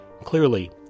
Clearly